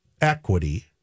equity